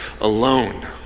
alone